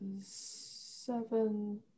Seven